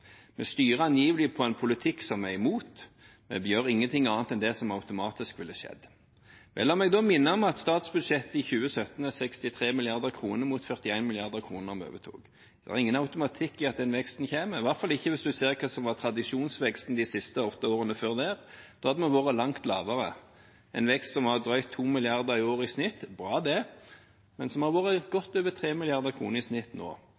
Vi styrer angivelig på en politikk vi er imot, vi gjør ingenting annet enn det som automatisk ville skjedd. La meg da minne om at statsbudsjettet i 2017 er på 63 mrd. kr, mot 41 mrd. kr da vi overtok. Det er ingen automatikk i at den veksten kommer, i hvert fall ikke hvis en ser hva som var tradisjonsveksten de siste åtte årene før det, da hadde vi vært langt lavere. Veksten var på drøyt 2 mrd. kr i året i snitt – bra, det – men den har vært på godt over 3 mrd. kr i snitt nå.